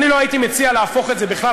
אני לא הייתי מציע להפוך את זה בכלל,